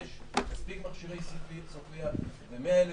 יש מספיק מכשירי "סופיה" ו-100,000